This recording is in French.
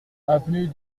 avenue